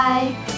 Bye